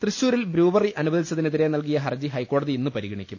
തൃശൂരിൽ ബ്രൂവറി അനുവദിച്ചതിനെതിരെ നൽകിയ ഹർജി ഹൈക്കോടതി ഇന്ന് പരിഗണിക്കും